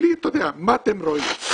מה אתם רואים?